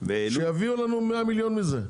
שיביאו לנו 100 מיליון מזה,